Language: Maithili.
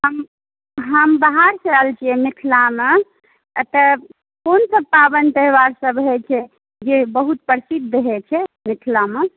हम हम बाहरसँ आएल छियै मिथिलामे एतऽ कोन सभ पाबनि त्यौहार सभ होइत छै जे बहुत प्रसिद्ध होइत छै मिथिलामे